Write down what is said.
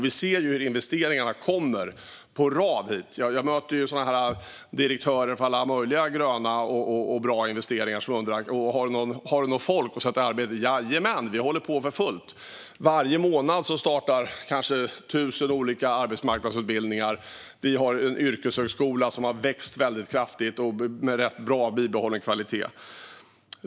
Vi ser hur investeringarna kommer hit på rad. Jag möter direktörer när det gäller alla möjliga gröna och bra investeringar som undrar: Har du något folk att sätta i arbete? Jajamän, vi håller på för fullt. Varje månad startar kanske 1 000 olika arbetsmarknadsutbildningar. Vi har en yrkeshögskola som har växt väldigt kraftigt och med bibehållen kvalitet.